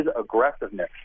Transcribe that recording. aggressiveness